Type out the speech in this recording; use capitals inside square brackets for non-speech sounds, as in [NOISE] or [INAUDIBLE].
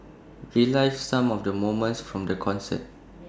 relives some of the moments from the concert [NOISE]